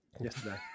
Yesterday